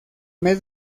mes